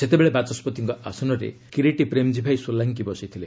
ସେତେବେଳେ ବାଚସ୍ୱତିଙ୍କ ଆସନରେ କିରିଟ୍ ପ୍ରେମଜୀଭାଇ ସୋଲାଙ୍କି ବସିଥିଲେ